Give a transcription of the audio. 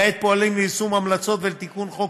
כעת פועלים ליישום ההמלצות ולתיקון חוק